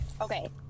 Okay